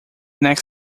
next